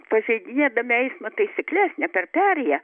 pažeidinėdami eismo taisykles ne per perėją